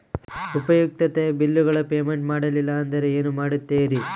ಉಪಯುಕ್ತತೆ ಬಿಲ್ಲುಗಳ ಪೇಮೆಂಟ್ ಮಾಡಲಿಲ್ಲ ಅಂದರೆ ಏನು ಮಾಡುತ್ತೇರಿ?